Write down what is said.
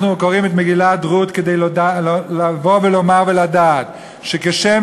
אנחנו קוראים את מגילת רות כדי לבוא ולומר ולדעת שכשם